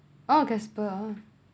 oh gasper ah